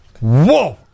whoa